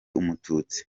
umututsi